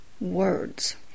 words